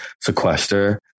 sequester